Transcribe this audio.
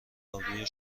آبروی